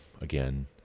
again